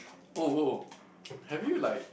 oh oh have you like